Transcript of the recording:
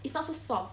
it's not so soft